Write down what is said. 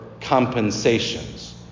compensations